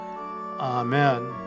Amen